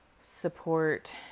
support